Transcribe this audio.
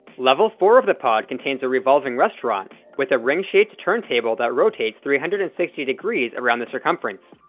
level four of the pod contains a revolving restaurant with a ring-shaped turntable that rotates three hundred and sixty degrees around the circumference.